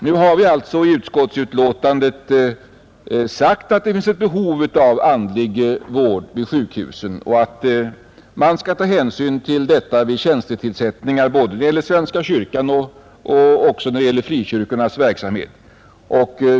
Nu har vi i utskottets betänkande skrivit att det finns ett behov av andlig vård vid sjukhusen och att man skall ta hänsyn till detta vid tjänstetillsättningar både när det gäller svenska kyrkan och i frikyrkornas verksamhet.